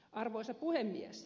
arvoisa puhemies